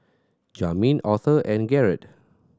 Jamin Authur and Garett